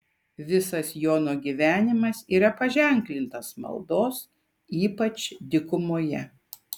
visas jono gyvenimas yra paženklintas maldos ypač dykumoje